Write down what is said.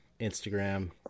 Instagram